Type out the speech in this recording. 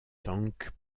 tank